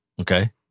Okay